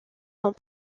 sont